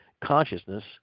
consciousness